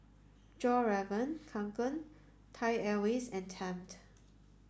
Fjallraven Kanken Thai Airways and Tempt